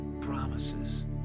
promises